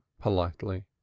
politely